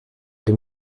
dem